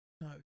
no